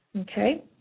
okay